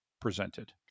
presented